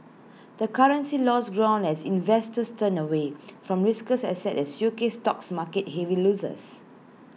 the currency lost ground as investors turned away from riskier assets as U S stocks marked heavy losses